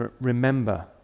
remember